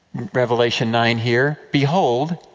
revelation nine, here. behold,